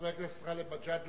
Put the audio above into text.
חבר הכנסת גאלב מג'אדלה,